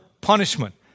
punishment